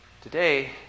Today